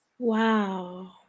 wow